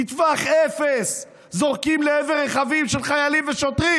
מטווח אפס, זורקים לעבר רכבים של חיילים ושוטרים.